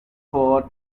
for